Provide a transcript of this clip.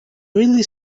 really